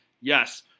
Yes